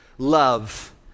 love